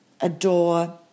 adore